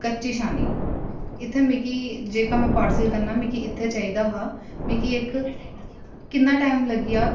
कच्ची शैनी इत्थें मिगी जेह्का में पार्सल करना मिगी इत्थें चाहिदा हा मिगी इक किन्ना टैम लग्गी जाह्ग